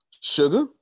Sugar